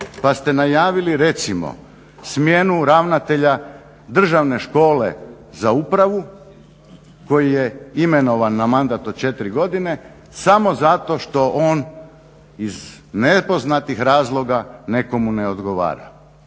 pa ste najavili recimo smjenu ravnatelja Državne škole za upravu koji je imenovan na mandat od četiri godine samo zato što on iz nepoznatih razloga nekomu ne odgovara.